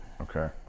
Okay